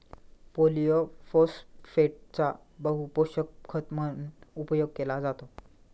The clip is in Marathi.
पॉलिफोस्फेटचा बहुपोषक खत म्हणून उपयोग केला जातो